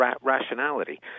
rationality